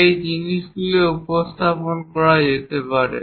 সেই জিনিসগুলিও উপস্থাপন করা যেতে পারে